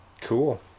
Cool